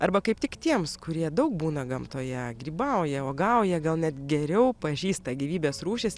arba kaip tik tiems kurie daug būna gamtoje grybauja uogauja gal net geriau pažįsta gyvybės rūšis